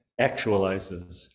actualizes